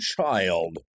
child